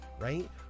right